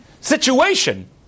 situation